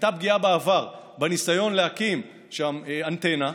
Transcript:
הייתה פגיעה בעבר בניסיון להקים שם אנטנה,